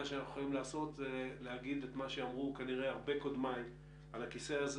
מה שאנחנו יכולים זה להגיד את מה שאמרו כנראה הרבה קודמיי על הכיסא הזה: